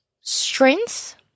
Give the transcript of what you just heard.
strength